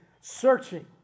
searching